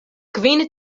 kvin